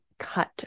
Cut